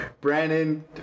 Brandon